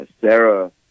Sarah